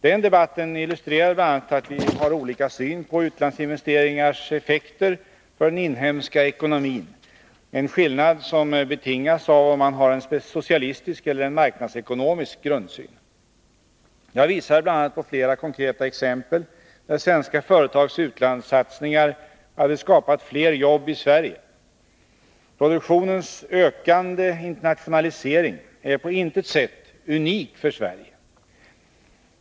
Den debatten illustrerade bl.a. att vi har olika syn på utlandsinvesteringars effekter för den inhemska ekonomin, en skillnad som betingas av om man har en socialistisk eller en marknadsekonomisk grundsyn. Jag visade bl.a. på flera konkreta exempel, där svenska företags utlandssatsningar hade skapat fler jobb i Sverige. Produktionens ökande internationalisering är på intet sätt unik för Sverige.